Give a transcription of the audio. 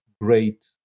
great